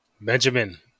Benjamin